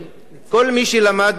כל מי שלמד משפטים,